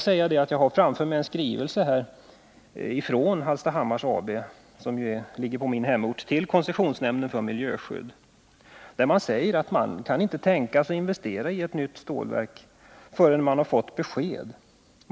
Jag har framför mig en skrivelse från Hallstahammars AB, vilket ligger i min hemort, till koncessionsnämnden för miljöskydd, där man säger att man inte kan tänka sig att investera i ett nytt stålverk förrän man har fått besked.